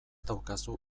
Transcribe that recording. daukazu